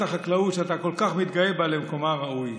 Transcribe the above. החקלאות שאתה כל כך מתגאה בה למקומה הראוי.